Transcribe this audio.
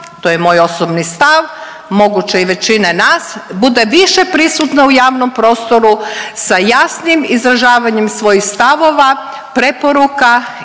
to je moj osobni stav, moguće i većine nas, bude više prisutna u javnom prostoru sa jasnim izražavanjem svojih stavova, preporuka i